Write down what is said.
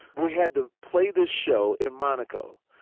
we had to play this show in monaco.